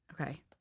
Okay